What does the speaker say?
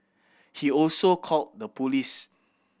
he also called the police